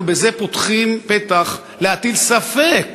אנחנו בזה פותחים פתח להטיל ספק